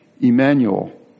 Emmanuel